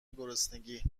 گرسنگی